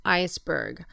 iceberg